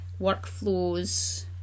workflows